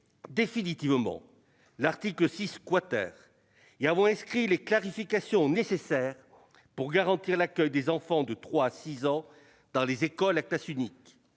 définitivement l'article 6 et avons inscrit les clarifications nécessaires pour garantir l'accueil des enfants de 3 à 6 ans dans les écoles à classe unique.